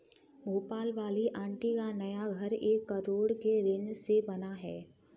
भोपाल वाली आंटी का नया घर एक करोड़ के ऋण से बना है